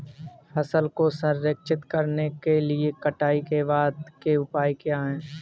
फसल को संरक्षित करने के लिए कटाई के बाद के उपाय क्या हैं?